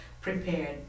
prepared